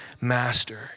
master